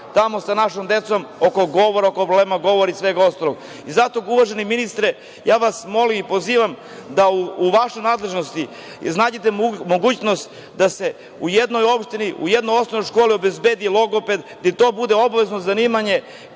tamo sa našom decom oko govora, oko tih problema i svega ostalog.I zato uvaženi ministre, ja vas molim i pozivam da u vašoj nadležnosti, iznađete mogućnost da se u jednoj opštini, u jednoj osnovnoj školi obezbedi logoped, da i to bude obavezno zanimanje,